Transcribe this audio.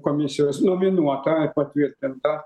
komisijos nominuota patvirtinta